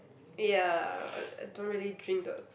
ya I I don't really drink the